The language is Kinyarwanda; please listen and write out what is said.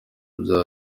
bya